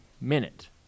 minute